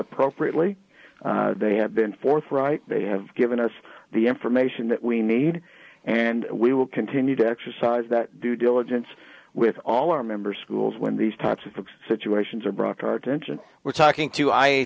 appropriately they have been forthright they have given us the information that we need and we will continue to exercise that due diligence with all our members schools when these types of situations are brought to our attention we're talking to